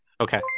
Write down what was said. Okay